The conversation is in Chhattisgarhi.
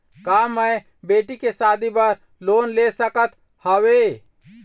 का मैं बेटी के शादी बर लोन ले सकत हावे?